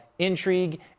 intrigue